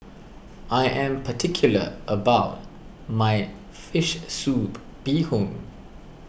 I am particular about my Fish Soup Bee Hoon